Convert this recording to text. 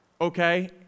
okay